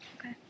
Okay